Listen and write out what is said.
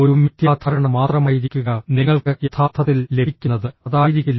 ഒരു മിഥ്യാധാരണ മാത്രമായിരിക്കുക നിങ്ങൾക്ക് യഥാർത്ഥത്തിൽ ലഭിക്കുന്നത് അതായിരിക്കില്ല